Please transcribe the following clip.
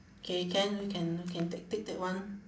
K can we can can take take that one